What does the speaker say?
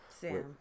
Sam